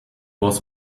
was